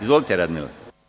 Izvolite Radmila.